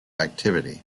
activity